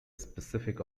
specific